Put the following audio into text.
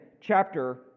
chapter